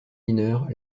mineures